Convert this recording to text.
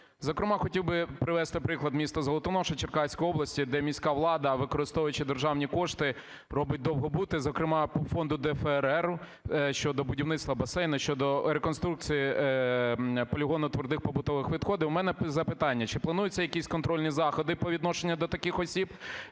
Зокрема, хотів би привести приклад: місто Золотоноша Черкаської області, де міська влада, використовуючи державні кошти, робить довгобуди, зокрема по фонду ДФРРу щодо будівництва басейну, щодо реконструкції полігону твердих побутових відходів. У мене запитання: чи плануються якісь контрольні заходи по відношенню до таких осіб?